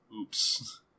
Oops